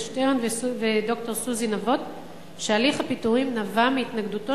שטרן וד"ר סוזי נבות שהליך הפיטורים נבע מהתנגדותו